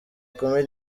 kumi